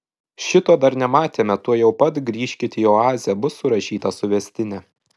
šito dar nematėme tuojau pat grįžkit į oazę bus surašyta suvestinė